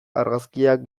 argazkiak